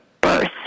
birth